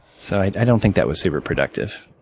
so i don't think that was super productive.